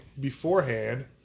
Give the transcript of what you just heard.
beforehand